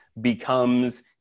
becomes